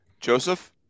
Joseph